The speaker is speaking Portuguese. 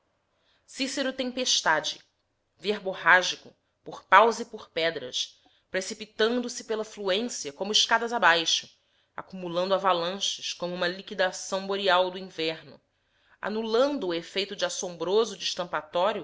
cícero tempestade verborrágico por paus e por pedras precipitandose pela fluência como escadas abaixo acumulando avalanches como uma liquidação boreal do inverno anulando o efeito de assombroso